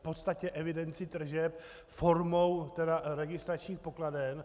V podstatě evidenci tržeb formou registračních pokladen.